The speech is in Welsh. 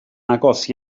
agos